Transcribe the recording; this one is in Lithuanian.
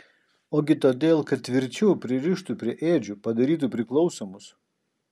ogi todėl kad tvirčiau pririštų prie ėdžių padarytų priklausomus